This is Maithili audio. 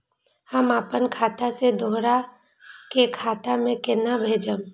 हम आपन खाता से दोहरा के खाता में केना भेजब?